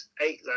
eight